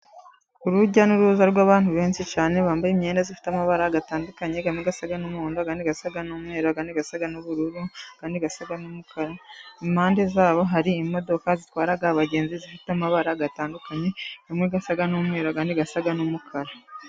Urujya n'uruza rw'abantu benshi cyane bambaye imyenda ifite amabara atandukanye amwe asa n'umuhondo, andi asa n'umweru , andi asa n'ubururu, andi asa n'umukara. Impande yabo hari imodoka zitwara abagenzi zifite amabara atandukanye amwe asa n'umweru andi asa n'umukara.